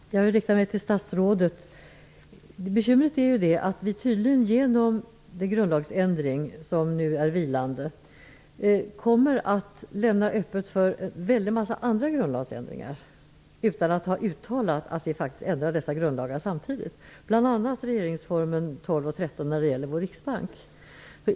Herr talman! Jag vill rikta mig till statsrådet. Bekymret är att vi genom den grundlagsändring som nu är vilande kommer att lämna öppet för många andra grundlagsändringar utan att vi uttalar att de faktiskt sker samtidigt. Det handlar bl.a. om regeringsformen 9 kap. 12 och 13 §§ om vår riksbank.